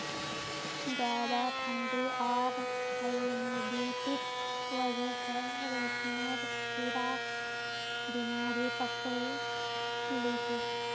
ज्यादा ठंडी आर ह्यूमिडिटीर वजह स रेशमेर कीड़ाक बीमारी पकड़े लिछेक